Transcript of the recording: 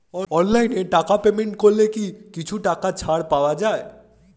অনলাইনে টাকা পেমেন্ট করলে কি কিছু টাকা ছাড় পাওয়া যায়?